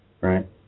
Right